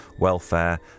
welfare